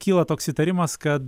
kyla toks įtarimas kad